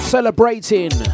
Celebrating